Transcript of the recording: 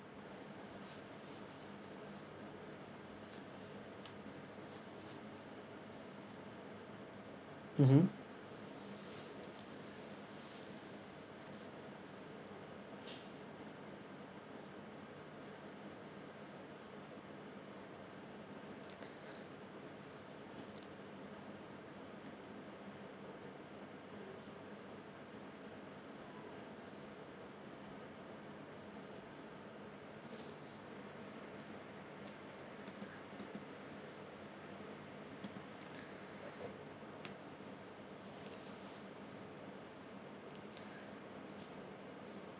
mmhmm